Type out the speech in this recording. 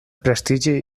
prestigi